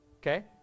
Okay